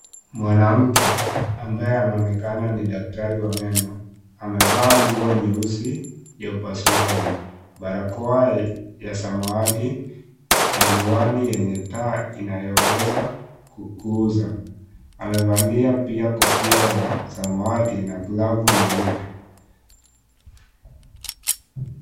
Mwanamke ambaye anaonekana ni daktari wa meno; amevaa nguo nyeusi ya upasuaji, barakoa ya samawati na miwani yenye taa inayoweza kukuza. Amevalia pia kofia ya samawati na glavu nyeupe.